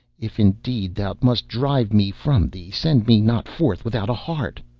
if indeed thou must drive me from thee, send me not forth without a heart.